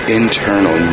internal